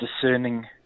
discerning